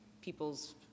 people's